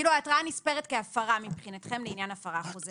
מבחינתכם ההתראה נספרת כהפרה לעניין הפרה חוזרת.